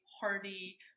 hearty